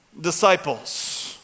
disciples